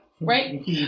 right